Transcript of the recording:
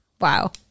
Wow